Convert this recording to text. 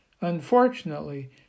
Unfortunately